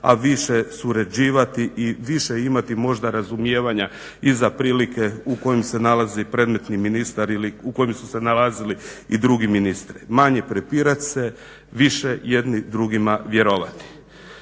a više surađivati i više imati možda razumijevanja i za prilike u kojima se nalazi i predmetni ministar ili i u kojima su se nalazili drugi ministri, manje prepirat se više jedni drugima vjerovati.